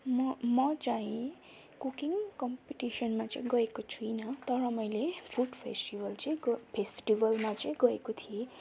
म म चाहिँ कुकिङ कम्पिटिसनमा चाहिँ गएको छुइनँ तर मैले फुड फेस्टिबल चाहिँ ग फेस्टिबलमा चाहिँ गएको थिएँ